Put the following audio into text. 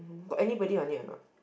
got anybody on it or not